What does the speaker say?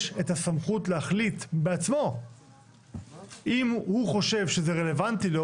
יש את הסמכות להחליט בעצמו אם הוא חושב שזה רלוונטי לו,